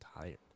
tired